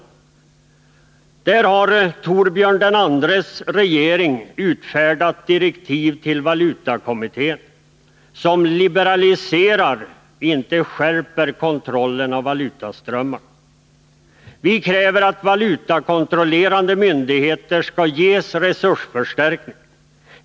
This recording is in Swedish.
På det området har ”Thorbjörn II:s” regering utfärdat direktiv till valutakommittén som liberaliserar, inte skärper, kontrollen av valutaströmmarna. Vi kräver att valutakontrollerande myndigheter skall ges resursförstärkning.